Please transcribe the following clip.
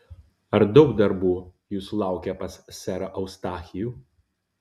ar daug darbų jūsų laukia pas serą eustachijų